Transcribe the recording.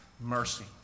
mercy